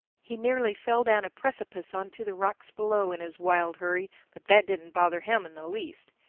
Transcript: he nearly fell down a precipice on to the rocks below in his wild hurry, but that didn't bother him in the least.